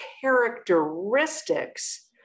characteristics